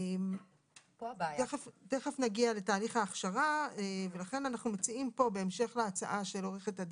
כלב נחייה כהגדרתו בחוק איסור הפליית